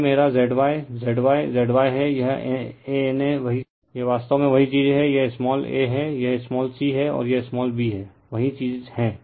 तो यह मेरा Z Y Z Y Z Y है यह ANA वही चीज़ है यह वास्तव में वही चीज़ है यह स्माल a हैं यह स्माल c है और यह स्माल b है वही चीज़ है